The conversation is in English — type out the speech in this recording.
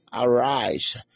arise